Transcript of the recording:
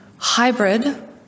hybrid